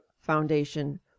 Foundation